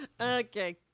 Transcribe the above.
Okay